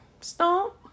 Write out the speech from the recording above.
stomp